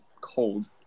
cold